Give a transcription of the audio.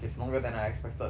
it's longer than I expected